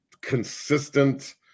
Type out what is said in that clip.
consistent –